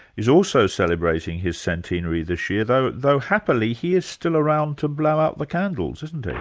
is also celebrating his centenary this year, though though happily, he is still around to blow out the candles, isn't he?